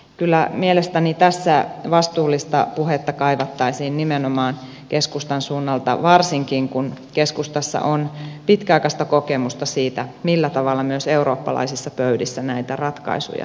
kyllä mielestäni tässä vastuullista puhetta kaivattaisiin nimenomaan keskustan suunnalta varsinkin kun keskustassa on pitkäaikaista kokemusta siitä millä tavalla myös eurooppalaisissa pöydissä näitä ratkaisuja tehdään